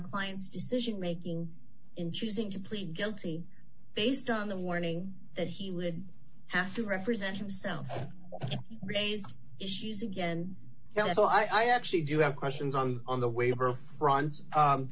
client's decision making in choosing to plead guilty based on the warning that he would have to represent himself raised issues again l o l i actually do have questions on on the